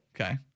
okay